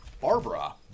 Barbara